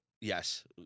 yes